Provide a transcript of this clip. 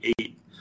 eight